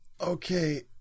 Okay